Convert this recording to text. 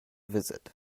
visit